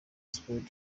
sport